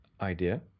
idea